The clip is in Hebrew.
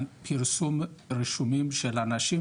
פרסום רשימות של אנשים,